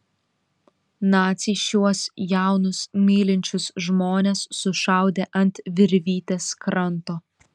naciai šiuos jaunus mylinčius žmones sušaudė ant virvytės kranto